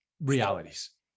realities